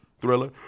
thriller